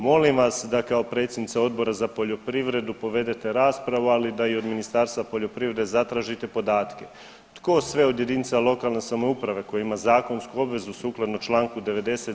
Molim vas da kao predsjednica Odbor za poljoprivredu povedete raspravu, ali i da od Ministarstva poljoprivrede zatražite podatke, tko sve od jedinica lokalne samouprave koje imaju zakonsku obvezu sukladno čl. 90.